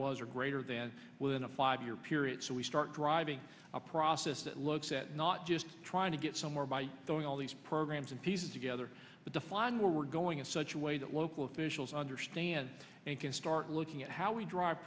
was or greater than within a five year period so we start driving a process that looks at not just trying to get somewhere by going all these programs and pieces together but to find where we're going in such a way that local officials understand and can start looking at how we drive